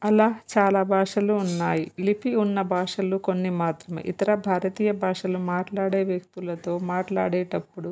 అలా చాలా భాషలు ఉన్నాయి లిపి ఉన్న భాషలు కొన్ని మాత్రమే ఇతర భారతీయ భాషలు మాట్లాడే వ్యక్తులతో మాట్లాడేటప్పుడు